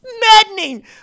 maddening